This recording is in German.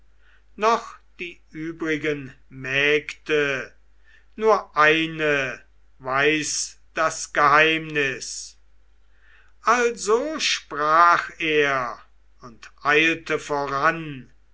noch die übrigen mägde nur eine weiß das geheimnis also sprach er und eilte voran